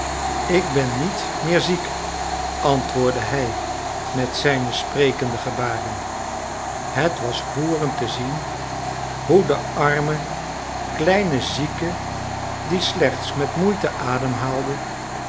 ik ben niet meer ziek antwoordde hij met zijne sprekende gebaren het was roerend te zien hoe de arme kleine zieke die slechts met moeite ademhaalde